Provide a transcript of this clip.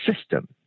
system